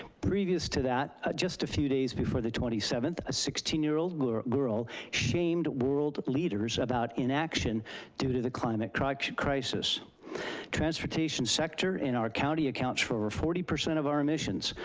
previous to that, just a few days before the twenty seventh, a sixteen year old girl girl shamed world leaders about inaction due to the climate crisis. transportation sector in our county accounts for over forty percent of our emissions.